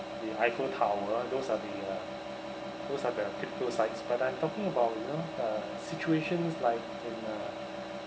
the eiffel tower those are the uh those are the typical sites but I'm talking about you know uh situations like in a